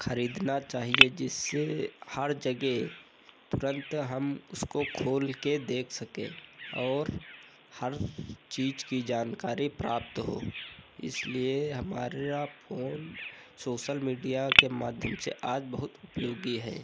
खरीदना चाहिए जिससे हर जगह तुरन्त हम उसको खोलकर देख सकें और हर चीज़ की जानकारी प्राप्त हो इसलिए हमारा फ़ोन सोशल मीडिया के माध्यम से आज बहुत उपयोगी है